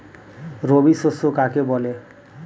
রবি শস্য কাকে বলে?